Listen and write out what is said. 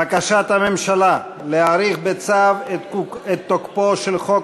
בקשת הממשלה להאריך בצו את תוקפו של חוק